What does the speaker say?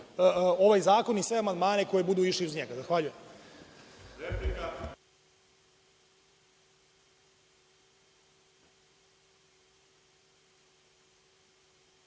ovaj zakon i sve amandmane koji budu išli uz njega. Zahvaljujem.(Boško